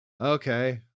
okay